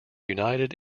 united